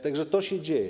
Tak że to się dzieje.